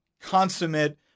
consummate